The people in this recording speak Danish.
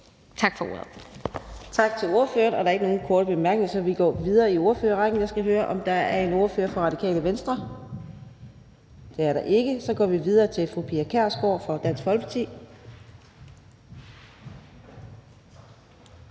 Tak for ordet.